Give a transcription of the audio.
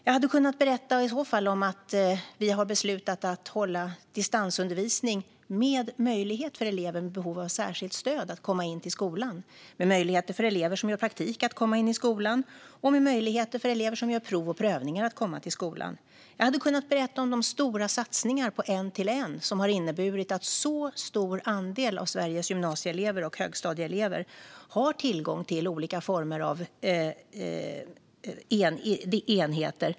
Jag hade kunnat berätta att vi har beslutat att hålla distansundervisning men med möjlighet för elever med behov av särskilt stöd att komma in till skolan. Vi ger möjlighet för elever som gör praktik att komma in till skolan och möjlighet för elever som gör prov och prövningar att komma till skolan. Jag hade kunnat berätta om de stora satsningar på en-till-en som har inneburit att en mycket stor andel av Sveriges gymnasieelever och högstadieelever har tillgång till olika former av enheter.